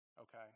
okay